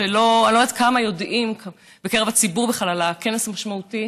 שאני לא יודעת עד כמה יודעים בקרב הציבור בכלל על הכנס המשמעותי.